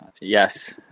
Yes